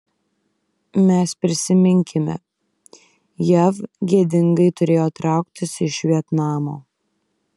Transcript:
mes prisiminkime jav gėdingai turėjo trauktis iš vietnamo